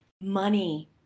money